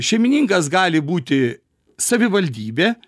šeimininkas gali būti savivaldybė